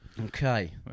Okay